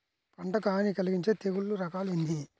పంటకు హాని కలిగించే తెగుళ్ళ రకాలు ఎన్ని?